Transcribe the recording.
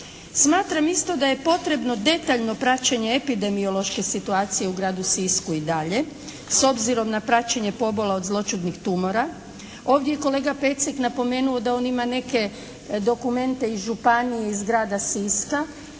Smatram isto da je potrebno detaljno praćenje epidemiološke situacije u gradu Sisku i dalje s obzirom na praćenje pobola od zloćudnih tumora. Ovdje je kolega Pecek napomenuo da on ima neke dokumente iz županije iz grada Siska.